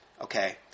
Okay